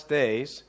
days